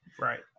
right